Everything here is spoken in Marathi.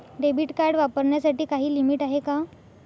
डेबिट कार्ड वापरण्यासाठी काही लिमिट आहे का?